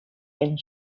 and